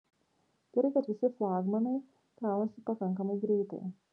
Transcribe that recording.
gerai kad visi flagmanai kraunasi pakankamai greitai